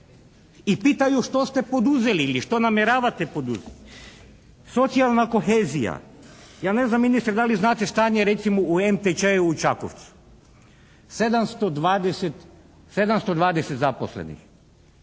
i pitaju što ste poduzeli ili što namjeravate poduzeti? Socijalna kohezija, ja ne znam ministre da li znate stanje recimo u MTČ-u u Čakovcu? 720 zaposlenih.